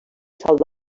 salt